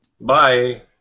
Bye